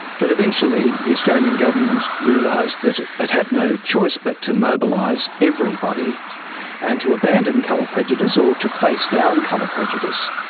but eventually the australian government realised that it had no choice but to mobilise everybody and to abandon colour prejudice, or to face down colour prejudice.